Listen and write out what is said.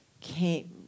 came